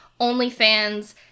OnlyFans